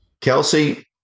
Kelsey